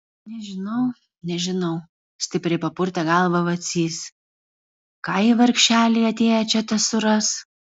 nežinau nežinau stipriai papurtė galvą vacys ką jie vargšeliai atėję čia tesuras